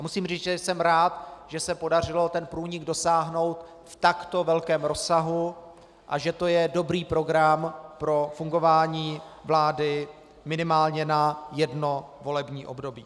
Musím říct, že jsem rád, že se podařilo toho průniku dosáhnout v takto velkém rozsahu, a že to je dobrý program pro fungování vlády minimálně na jedno volební období.